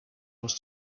was